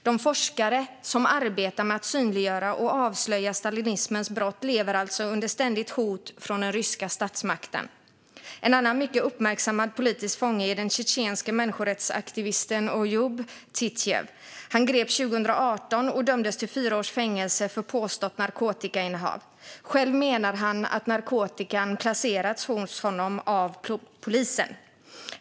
De forskare som arbetar med att synliggöra och avslöja stalinismens brott lever alltså under ständigt hot från den ryska statsmakten. En annan mycket uppmärksammad politisk fånge är den tjetjenske människorättsaktivisten Oyub Titijev. Han greps 2018 och dömdes till fyra års fängelse för påstått narkotikainnehav. Själv menar han att narkotikan placerats hos honom av polisen.